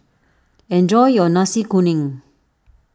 enjoy your Nasi Kuning